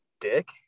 dick